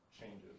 changes